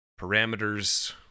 parameters